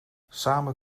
samen